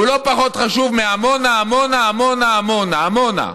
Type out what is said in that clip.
הוא לא פחות חשוב מעמונה, עמונה, עמונה, עמונה.